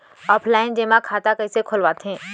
Offline जेमा खाता कइसे खोलवाथे?